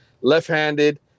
Left-handed